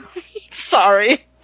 Sorry